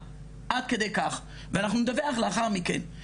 מלאה, עד כדי כך ואנחנו נדווח לאחר מכן.